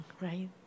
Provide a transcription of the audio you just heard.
right